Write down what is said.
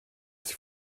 sie